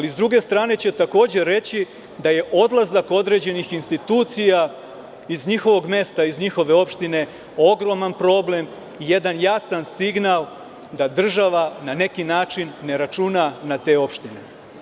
Sa druge strane, takođe će reći da je odlazak određenih institucija iz njihovog mesta, iz njihove opštine, ogroman problem i jedan jasan signal da država na neki način ne računa na te opštine.